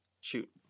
Shoot